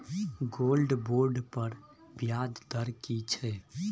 Gold bond पर ब्याज दर की छै?